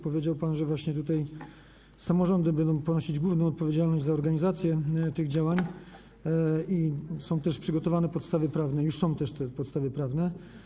Powiedział pan, że właśnie samorządy będą ponosić główną odpowiedzialność za organizację tych działań i że są też przygotowane podstawy prawne, że już są te podstawy prawne.